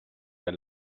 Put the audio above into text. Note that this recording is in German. der